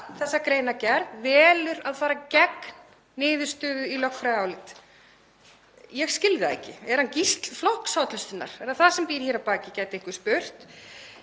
þessa greinargerð, og velur að fara gegn niðurstöðu í lögfræðiáliti? Ég skil það ekki. Er hann gísl flokkshollustunnar, er það það sem býr hér að baki, gæti einhver spurt.